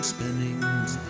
Spinnings